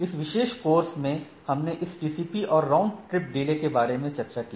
इस विशेष कोर्स में हमने इस टीसीपी और राउंड ट्रिप डीले के बारे में चर्चा की